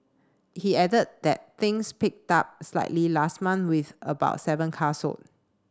he added that things picked up slightly last month with about seven car sold